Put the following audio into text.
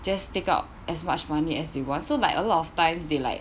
just take out as much money as they want so like a lot of times they like